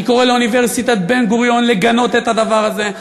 אני קורא לאוניברסיטת בן-גוריון לגנות את הדבר הזה,